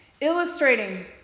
illustrating